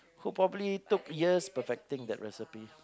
who probably took years perfecting that recipe